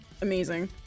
amazing